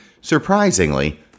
surprisingly